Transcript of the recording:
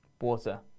Water